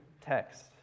text